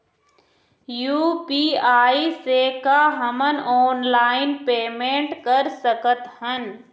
UPI से का हमन ऑनलाइन पेमेंट कर सकत हन?